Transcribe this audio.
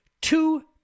two